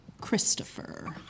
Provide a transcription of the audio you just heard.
Christopher